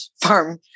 farm